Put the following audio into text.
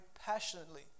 passionately